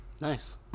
Nice